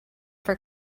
for